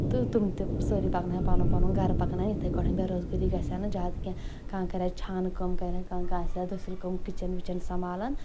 تہٕ تم تہِ سٲری پکناوہن پنُن پنُن گرٕ پکناوہَن یِتھے کٔنی بےٚ روزگٲری گژھہِ ہا نہٕ زیادٕ کینٛہہ کانٛہہ کرِ ہا چھانہٕ کٲم کرِ ہا کانٛہہ آسہِ ہا دٔسِل کٲم کِچن وِچن سنٛبالان